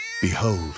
Behold